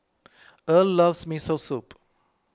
Earl loves Miso Soup